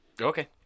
Okay